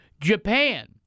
Japan